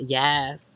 yes